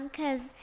cause